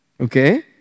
Okay